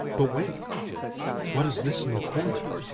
but wait what is this in the corner?